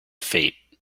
fate